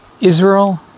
Israel